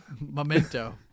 Memento